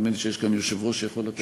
נדמה לי שיש כאן יושב-ראש שיכול לתת